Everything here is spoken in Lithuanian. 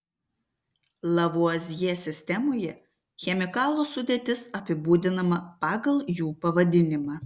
lavuazjė sistemoje chemikalų sudėtis apibūdinama pagal jų pavadinimą